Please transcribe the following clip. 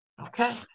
Okay